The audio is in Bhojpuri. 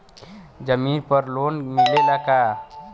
जमीन पर लोन मिलेला का?